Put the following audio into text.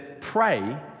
Pray